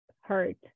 hurt